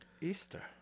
Easter